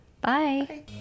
Bye